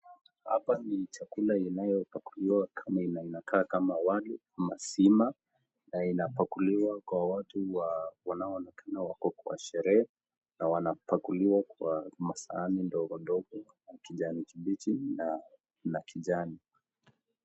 Hapa ni chakula inayopakuliwa ambayo inakaa kama wali au sima, na inapakuliwa kwa watu wanaonekana wako kwa sherehe, na wanapakuliwa kwa masahani ndogo ndogo ya kijani kibichi na kijani.